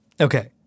okay